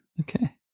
Okay